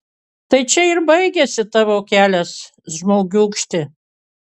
tai čia ir baigiasi tavo kelias žmogiūkšti